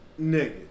Nigga